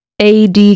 AD